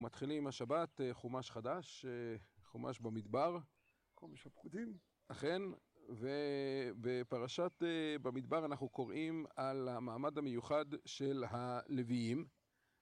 מתחילים השבת חומש חדש, חומש במדבר, חומש הפקודים. אכן, ובפרשת במדבר אנחנו קוראים על המעמד המיוחד של הלוויים